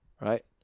right